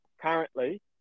currently